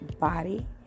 body